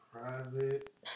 private